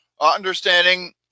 understanding